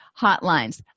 hotlines